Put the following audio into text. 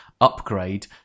Upgrade